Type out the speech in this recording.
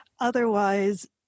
Otherwise